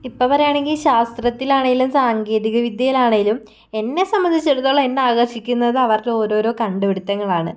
ഇപ്പം പറയുകയാണെങ്കിൽ ശാസ്ത്രത്തിലാണെങ്കിലും സാങ്കേതിക വിദ്യയിലാണെങ്കിലും എന്നെ സംബന്ധിച്ചിടത്തോളം എന്നെ ആകർഷിക്കുന്നത് അവരുടെ ഓരോരോ കണ്ടുപിടിത്തങ്ങളാണ്